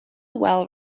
well